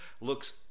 looks